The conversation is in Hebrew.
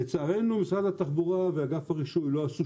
לצערנו משרד התחבורה ואגף הרישוי לא עשו